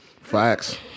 Facts